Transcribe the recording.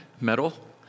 medal